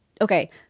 okay